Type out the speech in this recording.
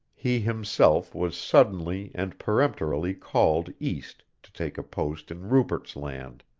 he himself was suddenly and peremptorily called east to take a post in rupert's land.